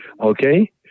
Okay